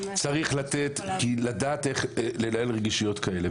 צריך לדעת איך לנהל רגישויות כאלה,